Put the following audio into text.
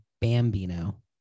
Bambino